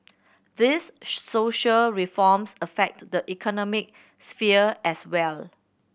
these social reforms affect the economic sphere as well